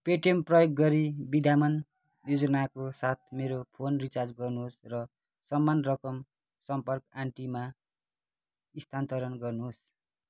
Paytm प्रयोग गरी विद्यमान योजनाको साथ मेरो फोन रिचार्ज गर्नुहोस् र समान रकम सम्पर्क आन्टीमा स्थानान्तरण गर्नुहोस्